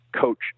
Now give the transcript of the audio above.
coach